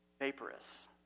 vaporous